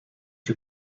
you